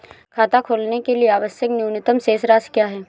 खाता खोलने के लिए आवश्यक न्यूनतम शेष राशि क्या है?